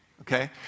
okay